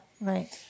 right